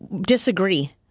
disagree